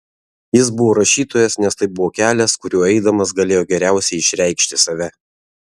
jis buvo rašytojas nes tai buvo kelias kuriuo eidamas galėjo geriausiai išreikšti save